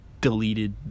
deleted